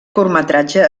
curtmetratge